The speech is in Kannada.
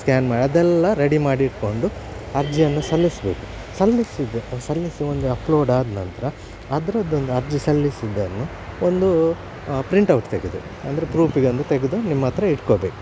ಸ್ಕ್ಯಾನ್ ಮಾಡಿ ಅದೆಲ್ಲ ರೆಡಿ ಮಾಡಿ ಇಟ್ಕೊಂಡು ಅರ್ಜಿಯನ್ನು ಸಲ್ಲಿಸಬೇಕು ಸಲ್ಲಿಸಿದ ಸಲ್ಲಿಸುವಾಗೆ ಅಪ್ಲೋಡ್ ಆದ ನಂತರ ಅದ್ರದ್ದೊಂದು ಅರ್ಜಿ ಸಲ್ಲಿಸಿದ್ದನ್ನು ಒಂದು ಪ್ರಿಂಟ್ ಔಟ್ ತೆಗೆದು ಅಂದರೆ ಪ್ರೂಪಿಗೊಂದು ತೆಗೆದು ನಿಮ್ಮತ್ತಿರ ಇಟ್ಕೊಬೇಕು